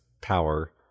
power